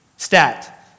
Stat